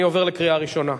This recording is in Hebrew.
אני עובר לקריאה ראשונה.